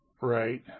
Right